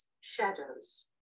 Shadows